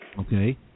Okay